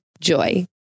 joy